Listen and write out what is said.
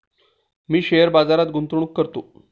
मी share बाजारात गुंतवणूक करतो